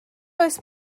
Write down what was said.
oes